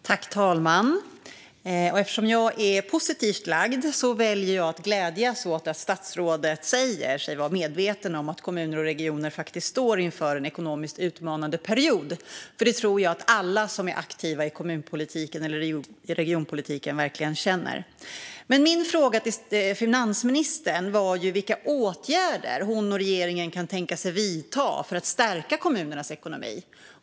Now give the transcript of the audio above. Fru talman! Eftersom jag är positivt lagd väljer jag att glädjas åt att statsrådet säger sig vara medveten om att kommuner och regioner står inför en ekonomiskt utmanande period. Det tror jag att alla som är aktiva i kommunpolitiken eller regionpolitiken känner. Men min fråga till finansministern var ju vilka åtgärder hon och regeringen kan tänka sig att vidta för att stärka kommunernas ekonomi.